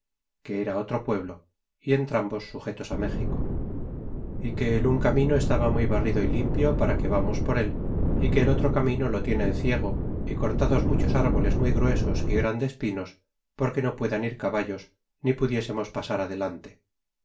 que era otro pueblo y entrambos sujetos á méxico y que el un camino estaba muy barrido y limpio para que vamos por él y que el otro camino lo tienen ciego y cortados muchos árboles muy gruesos y grandes pinos porque no puedan ir caballos ni pudiésemos pasar adelante